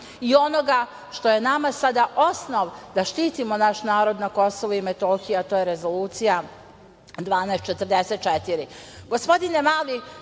i onoga što je nama sada osnov, da štitimo naš narod na Kosovu i Metohiji, a to je Rezolucija